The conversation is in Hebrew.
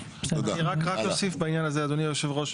אני רק אוסיף בעניין הזה אדוני יושב הראש.